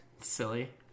silly